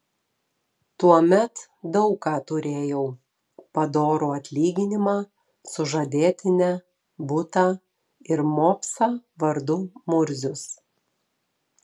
tuomet daug ką turėjau padorų atlyginimą sužadėtinę butą ir mopsą vardu murzius